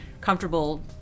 comfortable